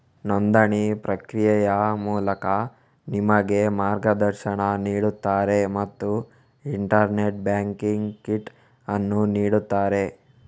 ನೋಂದಣಿ ಪ್ರಕ್ರಿಯೆಯ ಮೂಲಕ ನಿಮಗೆ ಮಾರ್ಗದರ್ಶನ ನೀಡುತ್ತಾರೆ ಮತ್ತು ಇಂಟರ್ನೆಟ್ ಬ್ಯಾಂಕಿಂಗ್ ಕಿಟ್ ಅನ್ನು ನೀಡುತ್ತಾರೆ